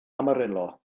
amarillo